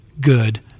good